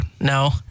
No